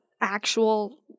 actual